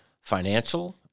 financial